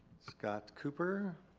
scott cooper.